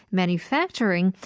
manufacturing